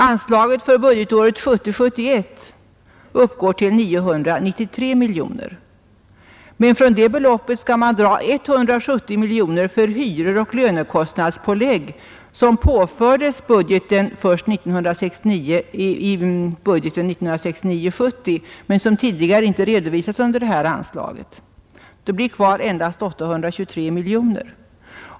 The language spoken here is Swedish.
Anslaget för budgetåret 1970 70 men som tidigare inte redovisats under detta anslag. Kvar blir endast 823 miljoner.